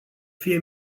fie